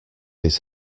his